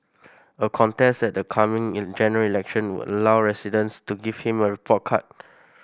a contest at the coming General Election would allow residents to give him a report card